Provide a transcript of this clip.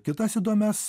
kitas įdomias